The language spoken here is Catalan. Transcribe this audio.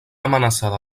amenaçada